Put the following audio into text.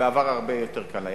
בעבר היה הרבה יותר קל.